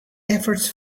efforts